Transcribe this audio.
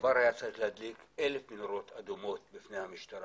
הדבר היה צריך להדליק 1,000 מנורות אדומות בפני המשטרה.